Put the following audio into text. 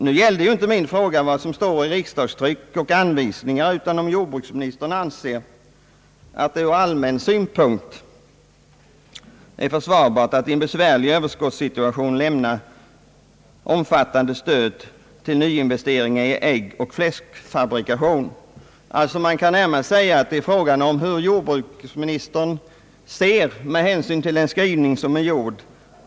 Nu gällde inte min fråga vad som står i riksdagstryck och anvisningar, utan om jordbruksministern anser att det ur allmän synpunkt är försvarbart att i en besvärlig överskottssituation lämna omfattande statliga stöd till nyinvesteringar i äggoch fläskproduktion. Man kan närmast säga att det är fråga om hur jordbruksministern ser på dagens situation med hänsyn till den skrivning som är gjord.